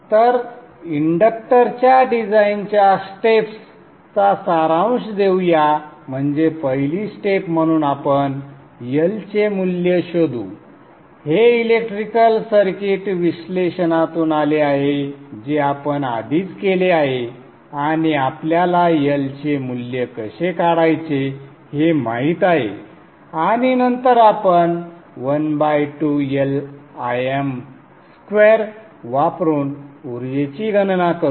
तर इंडक्टर डिझाइनच्या स्टेप्स चा सारांश देऊया म्हणजे पहिली स्टेप म्हणून आपण L चे मूल्य शोधू हे इलेक्ट्रिकल सर्किट विश्लेषणातून आले आहे जे आपण आधीच केले आहे आणि आपल्याला L चे मूल्य कसे काढायचे हे माहित आहे आणि नंतर आपण 12LIm2 वापरून उर्जेची गणना करू